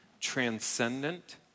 transcendent